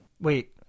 Wait